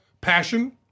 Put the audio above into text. passion